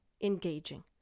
engaging